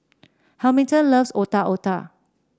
Hamilton loves Otak Otak